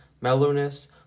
mellowness